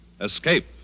Escape